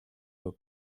were